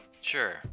Sure